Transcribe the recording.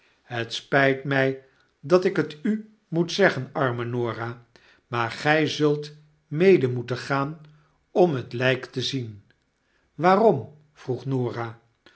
het spyt mij dat ik het u moet zeggen arme norah maar gy zultmedemoeten gaan om het lijk te zien waarom vroeg